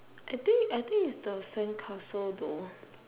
I think I think it's the sandcastle though